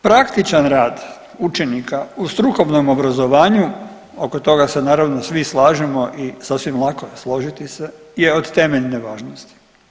Praktičan rad učenika u strukovnom obrazovanju oko toga se naravno svi slažemo i sasvim lako je složiti se je od temeljne važnosti.